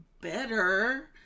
better